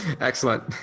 Excellent